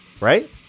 Right